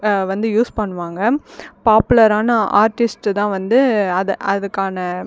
வந்து யூஸ் பண்ணுவாங்கள் பாப்புலரான ஆர்ட்டிஸ்ட்டு தான் வந்து அதை அதுக்கான